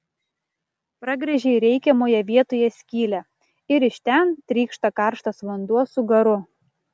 pragręžei reikiamoje vietoje skylę ir iš ten trykšta karštas vanduo su garu